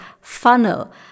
funnel